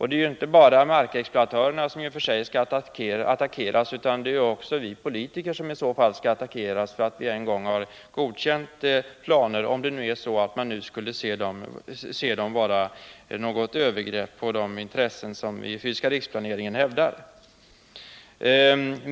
Det är inte bara markexploatörer som skall attackeras utan också vi politiker, som en gång har godkänt planerna, om man nu anser dessa planer vara ett övergrepp på de intressen som den fysiska riksplaneringen hävdar.